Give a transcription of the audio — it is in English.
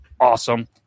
Awesome